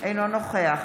אינו נוכח